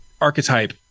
archetype